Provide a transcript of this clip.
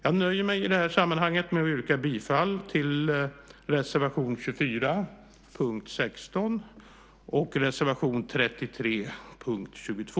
Jag nöjer mig i det här sammanhanget med att yrka bifall till reservation 24 under punkt 16 och till reservation 33 under punkt 22.